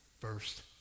first